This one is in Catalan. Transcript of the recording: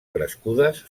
crescudes